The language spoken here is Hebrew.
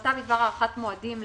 החלטה בדבר הארכת מועדים,